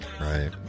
Right